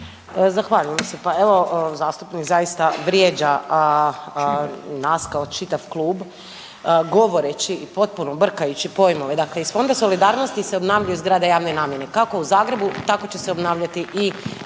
Zahvaljujem se. Pa evo zastupnik zaista vrijeđa nas kao čitav klub govoreći i potpuno brkajući pojmove. Dakle iz Fonda solidarnosti se obnavljaju zgrade javne namjene kako u Zagrebu, tako će se obnavljati i